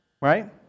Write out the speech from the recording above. right